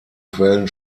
quellen